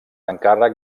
encàrrec